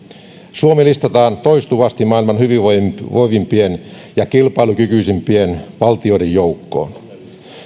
suomi listataan toistuvasti maailman hyvinvoivimpien ja kilpailukykyisimpien valtioiden joukkoon